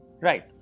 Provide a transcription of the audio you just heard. Right